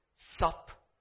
Sup